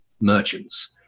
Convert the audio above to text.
merchants